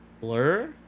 Blur